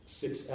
six